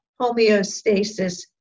homeostasis